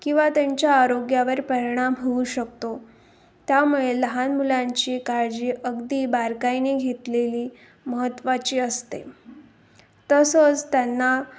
किंवा त्यांच्या आरोग्यावर परिणाम होऊ शकतो त्यामुळे लहान मुलांची काळजी अगदी बारकाईने घेतलेली महत्त्वाची असते तसंच त्यांना